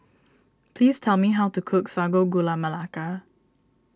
please tell me how to cook Sago Gula Melaka